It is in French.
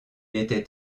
était